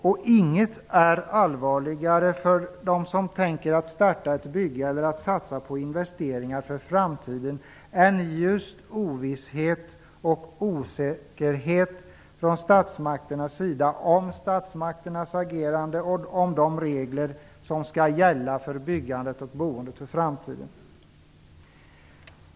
Och inget är allvarligare för dem som tänker starta ett bygge eller satsa på investeringar för framtiden än ovisshet och osäkerhet om statsmakternas agerande och de regler som skall gälla för byggandet och boendet för framtiden.